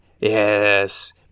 Yes